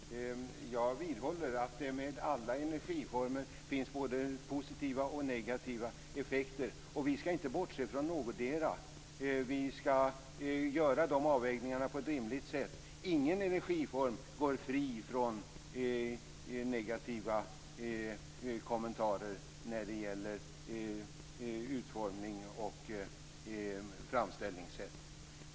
Fru talman! Jag vidhåller att det med alla energiformer finns både positiva och negativa effekter, och vi ska inte bortse från någondera. Vi ska göra de avvägningarna på ett rimligt sätt. Ingen energiform går fri från negativa kommentarer när det gäller utformning och framställningssätt.